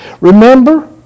Remember